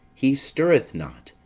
he stirreth not,